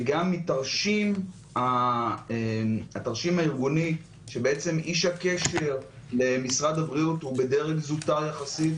וגם מהתרשים הארגוני שאיש הקשר במשרד הבריאות הוא בדרג זוטר יחסית.